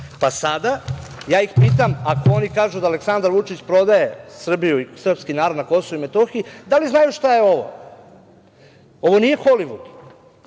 Sada, ja ih pitam, ako oni kažu da Aleksandar Vučić prodaje Srbiju i srpski narod na Kosovu i Metohiji, da li znaju šta je ovo? Ovo nije Holivud.